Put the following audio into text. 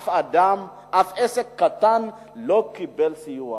אף אדם, אף עסק קטן לא קיבל סיוע,